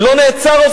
לא נעצר,